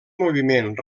moviment